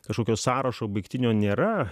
kažkokio sąrašo baigtinio nėra